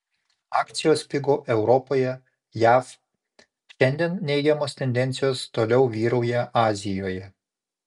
akcijos pigo europoje jav šiandien neigiamos tendencijos toliau vyrauja azijoje